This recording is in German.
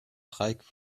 dreieck